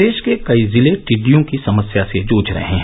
प्रदेश के कई जिले टिड्डियों की समस्या से जूझ रहे हैं